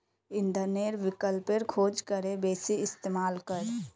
इंधनेर विकल्पेर खोज करे बेसी इस्तेमाल कर